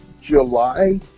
July